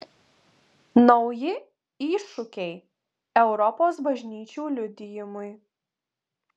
nauji iššūkiai europos bažnyčių liudijimui